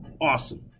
awesome